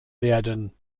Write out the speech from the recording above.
werden